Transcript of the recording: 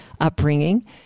upbringing